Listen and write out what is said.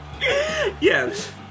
Yes